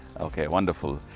okay wonderful.